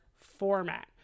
format